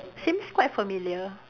seems quite familiar